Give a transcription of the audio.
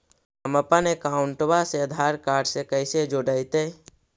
हमपन अकाउँटवा से आधार कार्ड से कइसे जोडैतै?